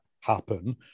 happen